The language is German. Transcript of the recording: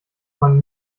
von